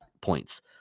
points